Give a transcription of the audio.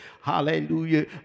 hallelujah